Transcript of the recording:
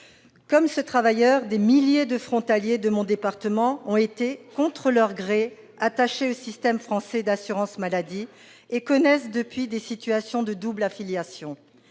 Comme ce travailleur, des milliers de frontaliers de mon département ont été, contre leur gré, rattachés au système français d'assurance maladie et connaissent depuis des situations de double affiliation.